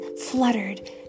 fluttered